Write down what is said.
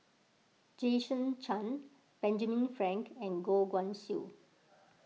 Jason Chan Benjamin Frank and Goh Guan Siew